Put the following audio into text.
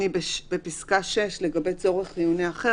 אני בפסקה (6) לגבי צורך חיוני אחר.